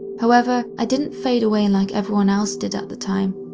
however, i didn't fade away like everyone else did at the time.